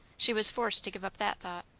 she was forced to give up that thought.